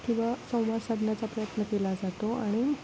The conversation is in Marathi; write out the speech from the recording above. किंवा संवाद साधण्याचा प्रयत्न केला जातो आणि